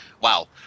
wow